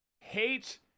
hate